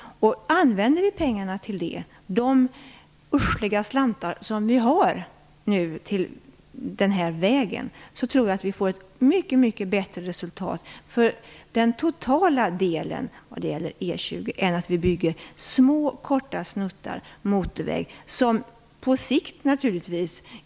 Använder vi de usla slantar som vi har till den här vägen till detta, då tror jag att det blir ett mycket bättre resultat totalt sett när det gäller E 20 än vad vi skulle ha fått om vi bygger korta snuttar med motorväg.